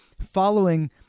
following